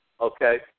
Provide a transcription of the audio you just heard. Okay